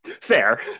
Fair